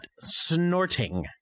snorting